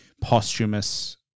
posthumous